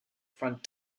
front